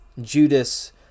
Judas